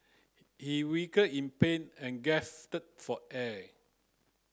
he in pain and gasped for air